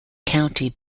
county